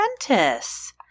Apprentice